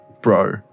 bro